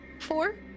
Four